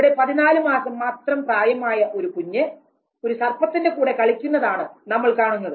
ഇവിടെ 14 മാസം മാത്രം പ്രായമായ ഒരു കുഞ്ഞ് ഒരു സർപ്പത്തിന്റെ കൂടെ കളിക്കുന്നതാണ് നമ്മൾ കാണുന്നത്